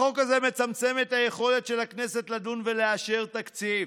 החוק הזה מצמצם את היכולת של הכנסת לדון ולאשר תקציב.